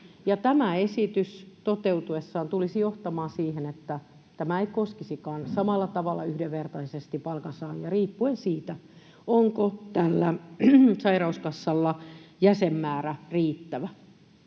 tämä esitys toteutuessaan tulisi johtamaan siihen, että tämä ei koskisikaan samalla tavalla yhdenvertaisesti palkansaajia riippuen siitä, onko sairauskassalla riittävä